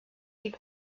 die